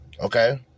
okay